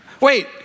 Wait